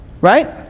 Right